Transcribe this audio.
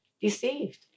deceived